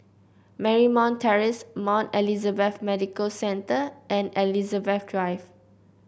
Marymount Terrace Mount Elizabeth Medical Centre and Elizabeth Drive